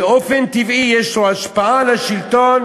באופן טבעי יש לו השפעה על השלטון.